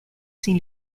sin